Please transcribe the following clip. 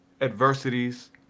adversities